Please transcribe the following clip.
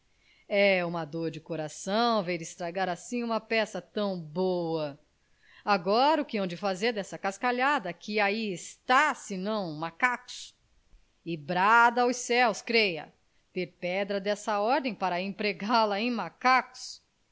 é uma dor de coração ver estragar assim uma peça tão boa agora o que hão de fazer dessa cascalhada que ai está senão macacos e brada aos céus creia ter pedra desta ordem para empregá la em macacos